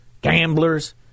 gamblers